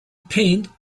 paint